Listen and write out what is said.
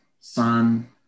sun